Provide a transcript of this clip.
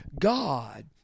God